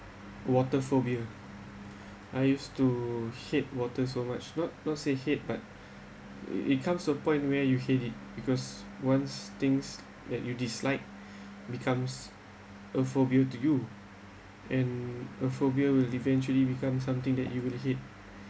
water phobia I used to hate water so much not not say hate but it comes to a point where you hate it because once things that you dislike becomes a phobia to you and a phobia will eventually become something that you will hate